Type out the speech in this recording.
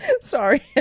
Sorry